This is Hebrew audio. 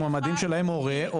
מועמדים שהוריהם,